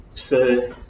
Sir